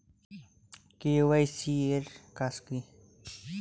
KYC এর কাজ কি?